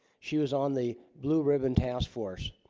she was on the blue ribbon task force